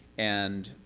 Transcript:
and